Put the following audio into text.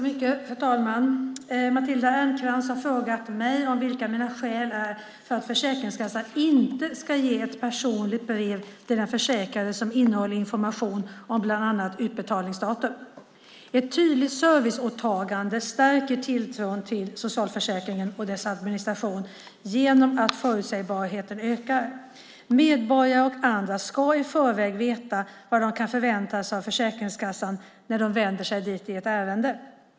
Fru talman! Matilda Ernkrans har frågat mig om vilka mina skäl är för att Försäkringskassan inte ska ge ett personligt brev till den försäkrade som innehåller information om bland annat utbetalningsdatum. Ett tydligt serviceåtagande stärker tilltron till socialförsäkringen och dess administration genom att förutsägbarheten ökar. Medborgare och andra ska i förväg veta vad de kan förvänta sig av Försäkringskassan när de vänder sig dit i ett ärende.